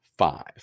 Five